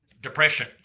depression